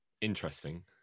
interesting